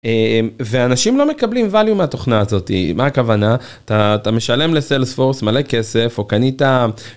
ואנשים לא מקבלים value מהתוכנה הזאת מה הכוונה אתה משלם לסלס פורס מלא כסף או קנית.